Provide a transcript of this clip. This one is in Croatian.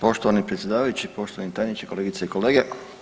Poštovani predsjedavajući, poštovani tajniče, kolegice i kolege.